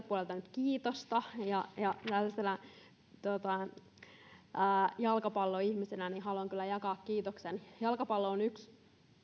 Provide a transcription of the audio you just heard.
puolelta nyt kiitosta ja ja tällaisena jalkapalloihmisenä haluan kyllä jakaa kiitoksen jalkapallo on yksi